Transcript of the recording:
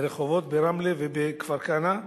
ברחובות, ברמלה ובכפר-כנא.